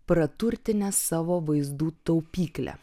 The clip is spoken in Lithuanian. praturtinęs savo vaizdų taupyklę